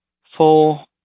four